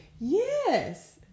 Yes